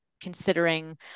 considering